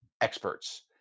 experts